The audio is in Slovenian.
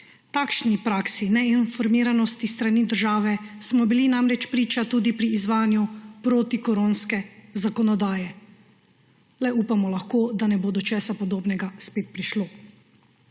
Takšni praksi neinformiranosti s strani države smo bili namreč priča tudi pri izvajanju protikoronske zakonodaje. Le upamo lahko, da ne bo do česa podobnega spet prišlo.